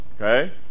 Okay